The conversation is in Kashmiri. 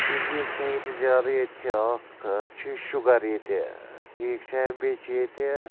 ڈِزیٖز چھےٚ ییٚتہِ زیادٕ ییٚتہِ چھِ اَکھ چھِ شُگَر ییٚتہِ ٹھیٖک چھےٚ بیٚیہِ چھِ ییٚتہِ